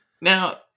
Now